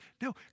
No